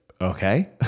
okay